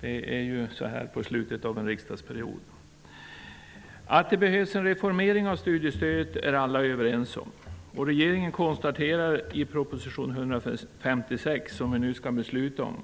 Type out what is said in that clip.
det är ju så här under slutet av en riksdagsperiod. Att det behövs en reformering av studiestödet är alla överens om. Detta konstaterar också regeringen i proposition 1993/94:156 som vi nu skall besluta om.